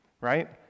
Right